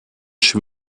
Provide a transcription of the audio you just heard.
schon